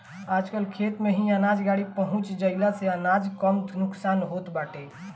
आजकल खेते में ही अनाज गाड़ी पहुँच जईले से अनाज कम नुकसान होत बाटे